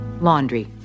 laundry